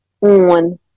on